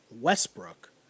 Westbrook